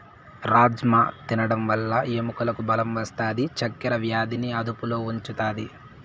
రాజ్మ తినడం వల్ల ఎముకలకు బలం వస్తాది, చక్కర వ్యాధిని అదుపులో ఉంచుతాది